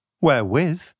wherewith